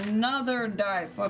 another dice,